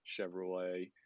chevrolet